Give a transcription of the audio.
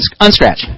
Unscratch